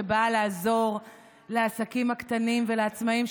שבאה לעזור לעסקים הקטנים ולעצמאים,